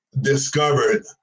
discovered